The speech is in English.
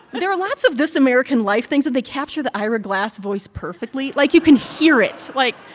there are lots of this american life things that they capture the ira glass voice perfectly. like, you can hear it. like,